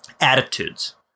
attitudes